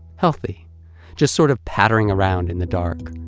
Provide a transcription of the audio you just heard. healthy just sort of pattering around in the dark.